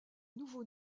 nouveau